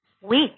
weak